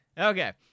Okay